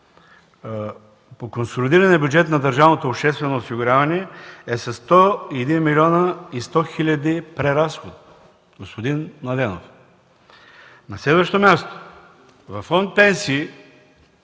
по консолидирания бюджет на държавното обществено осигуряване е със 101 млн. 100 хил. лв. преразход, господин Младенов! На следващо място, във фонд „Пенсии”